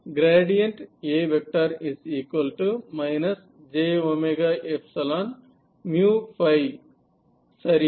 A j சரியா